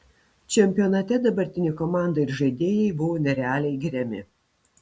čempionate dabartinė komanda ir žaidėjai buvo nerealiai giriami